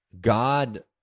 God